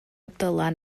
dylan